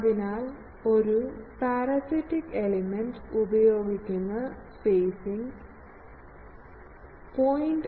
അതിനാൽ ഒരു parasitic element ഉപയോഗിക്കുന്ന സ്പേസിങ് 0